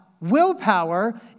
Willpower